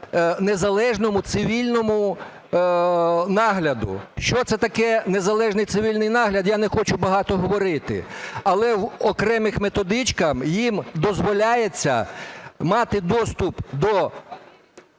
незалежному цивільному нагляду. Що це таке "незалежний цивільний нагляд", я не хочу багато говорити. Але в окремих методичках їм дозволяється мати доступ до